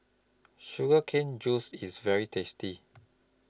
Sugar Cane Juice IS very tasty